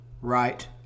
right